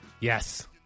Yes